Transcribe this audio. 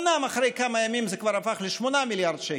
אומנם אחרי כמה ימים זה כבר הפך ל-8 מיליארד שקל,